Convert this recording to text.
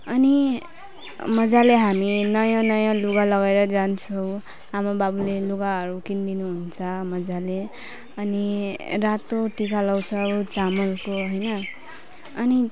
अनि मजाले हामी नयाँ नयाँ लुगा लगाएर जान्छौँ आमा बाबुले लुगाहरू किनिदिनु हुन्छ मजाले अनि रातो टिका लगाउँछौँ चामलको होइन अनि